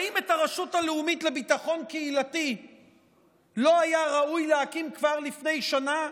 האם את הרשות הלאומית לביטחון קהילתי לא היה ראוי להקים כבר לפני שנה?